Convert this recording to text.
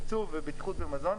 עיצוב ובטיחות במזון.